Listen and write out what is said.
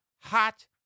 hot